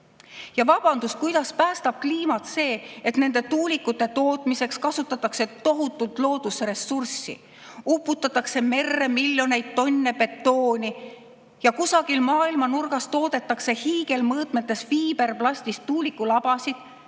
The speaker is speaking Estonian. vabandust, kuidas päästab kliimat see, et nende tuulikute tootmiseks kasutatakse tohutult loodusressurssi, uputatakse merre miljoneid tonne betooni ja kusagil maailma nurgas toodetakse hiigelmõõtmetes fiiberplastist tuulikulabasid,